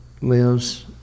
lives